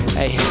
hey